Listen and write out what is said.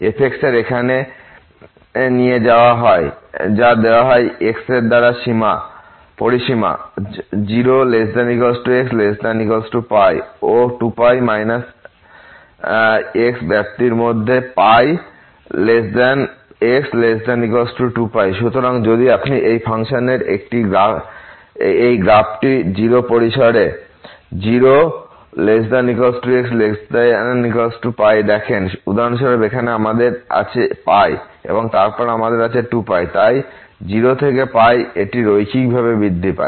f এর এখানে নিয়ে যাওয়া হয় যা দেওয়া হয় x দ্বারা পরিসীমা 0≤x≤π ও 2π X ব্যপ্তিতে মধ্যে π x≤2π সুতরাং যদি আপনি এই ফাংশনের এই গ্রাফটি 0 পরিসরে 0≤x≤π দেখেন উদাহরণস্বরূপ এখানে আমাদের আছে এবং তারপর আমাদের 2π আছে তাই 0 থেকে এটি রৈখিকভাবে বৃদ্ধি পায়